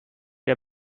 der